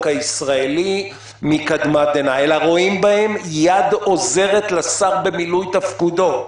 הישראלי מקדמת דנא "אלא רואים בהם יד עוזרת לשר במילוי תפקידו".